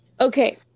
Okay